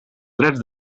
drets